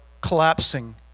collapsing